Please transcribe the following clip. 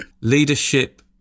leadership